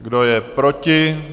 Kdo je proti?